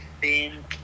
thin